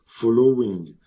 following